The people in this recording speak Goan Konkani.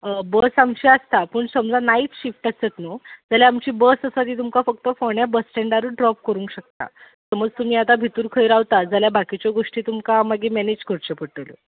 बस आमची आसता पूण समजा नायट शिफ्ट आसत न्हू जाल्यार आमची बस आसा ती तुमकां फक्त फोंड्या बस स्टँडारूत ड्रॉप करूंक शकता समज तुमी आतां भितूर खंय रावता जाल्यार बाकिच्यो गोश्टी तुमकां मागी मॅनेज करच्यो पडटल्यो